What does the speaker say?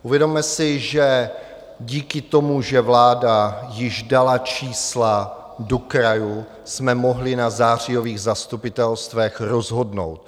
Uvědomme si, že díky tomu, že vláda již dala čísla do krajů, jsme mohli na zářijových zastupitelstvech rozhodnout.